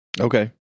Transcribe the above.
Okay